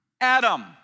Adam